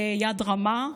ביד רמה.